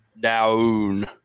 Down